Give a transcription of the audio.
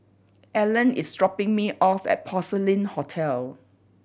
Ellen is dropping me off at Porcelain Hotel